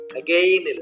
again